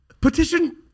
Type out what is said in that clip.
Petition